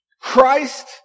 Christ